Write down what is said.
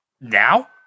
now